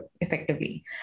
effectively